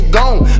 gone